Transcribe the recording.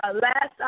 last